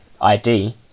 ID